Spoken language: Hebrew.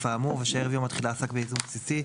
האמור ושערב יום התחילה עסק בייזום בסיסי,